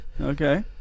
Okay